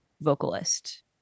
vocalist